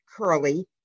curly